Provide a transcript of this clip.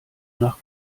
nach